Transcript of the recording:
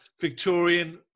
Victorian